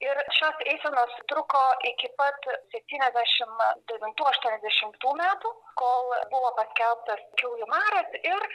ir šios eisenos truko iki pat septyniasdešim devintų aštuoniasdešimtų metų kol buvo paskelbtas kiaulių maras ir